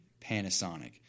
Panasonic